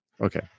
Okay